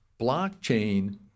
blockchain